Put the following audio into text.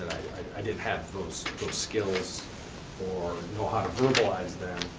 i didn't have those skills or know how to verbalize them